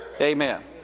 Amen